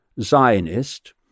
Zionist